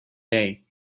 day